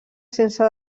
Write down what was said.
sense